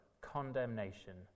condemnation